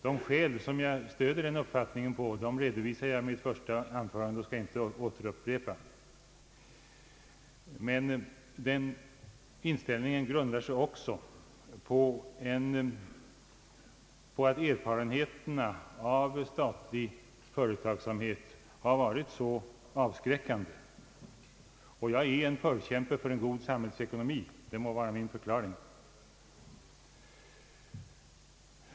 De skäl jag stöder min uppfattning på redovisade jag i mitt första anförande, och jag skall inte upprepa dem, men min inställning grundar sig också på att erfarenheterna av statlig företagsamhet har varit så avskräckande. Jag är förkämpe för en god samhällsekonomi. Det må vara min förklaring.